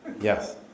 Yes